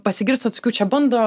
pasigirsta tokių čia bando